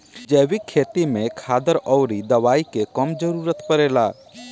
जैविक खेती में खादर अउरी दवाई के कम जरूरत पड़ेला